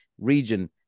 region